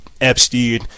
Epstein